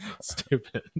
Stupid